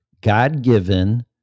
God-given